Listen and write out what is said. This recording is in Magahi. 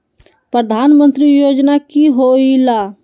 प्रधान मंत्री योजना कि होईला?